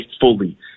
fully